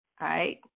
right